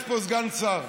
יש פה סגן שר,